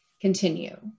continue